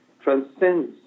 transcends